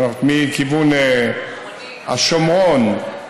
מכיוון השומרון,